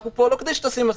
אנחנו פה לא כדי שתשים מסכה,